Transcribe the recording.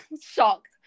shocked